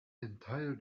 entire